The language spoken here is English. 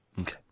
Okay